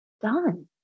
done